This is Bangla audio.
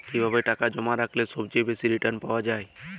কিভাবে টাকা জমা রাখলে সবচেয়ে বেশি রির্টান পাওয়া য়ায়?